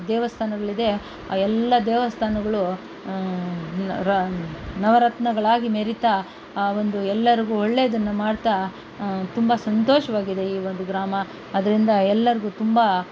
ದೇವಸ್ಥಾನಗಳಿದೆ ಆ ಎಲ್ಲ ದೇವಸ್ಥಾನಗಳು ನವರತ್ನಗಳಾಗಿ ಮೆರೀತಾ ಆ ಒಂದು ಎಲ್ಲರಿಗೂ ಒಳ್ಳೇದನ್ನು ಮಾಡ್ತಾ ತುಂಬ ಸಂತೋಷವಾಗಿದೆ ಈ ಒಂದು ಗ್ರಾಮ ಅದರಿಂದ ಎಲ್ಲರಿಗೂ ತುಂಬ